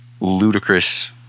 ludicrous